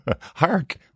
Hark